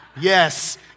Yes